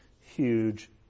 huge